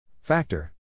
Factor